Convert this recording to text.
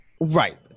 Right